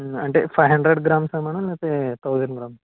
అంటే five hundred గ్రామ్సా madam లేకపోతే థౌసండ్ గ్రామ్సా